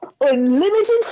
Unlimited